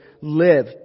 live